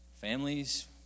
families